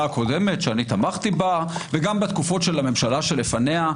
הקודמת שאני תמכתי בה וגם בתקופות של הממשלה שלפניה.